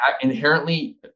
inherently